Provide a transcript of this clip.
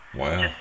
wow